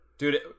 Dude